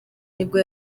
nibwo